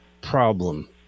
Problem